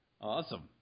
Awesome